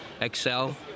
excel